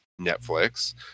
Netflix